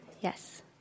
Yes